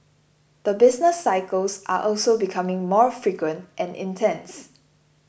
the business cycles are also becoming more frequent and intense